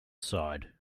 sighed